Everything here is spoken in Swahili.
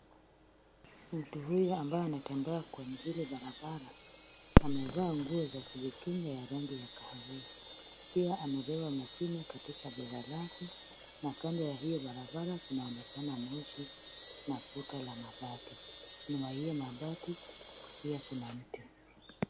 Mtu huyu abaye anatembea kwenye hili barabara, amevaa nguo za kujikinga ya rangi ya kahawia. Pia amebeba mashine katika bega lake, na kando ya hiyo barabara kunaonekana moshi, na kuta la mabati. Nyuma ya hiyo mabati, pia kuna mti.